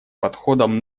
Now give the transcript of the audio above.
подходам